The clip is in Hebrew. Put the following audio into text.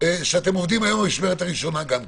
שאתם עובדים היום במשמרת הראשונה גם כן.